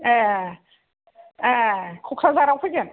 ए ए कक्राझाराव फैगोन